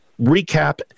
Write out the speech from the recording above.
recap